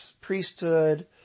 priesthood